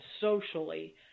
socially